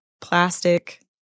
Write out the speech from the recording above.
plastic